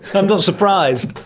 kind of surprised!